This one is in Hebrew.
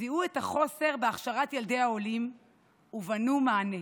זיהו את החוסר בהכשרת ילדי העולים ובנו מענה.